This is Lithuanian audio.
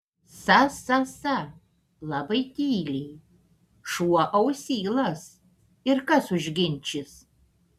sa sa sa labai tyliai šuo ausylas ir kas užginčys